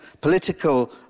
Political